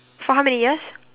for how many years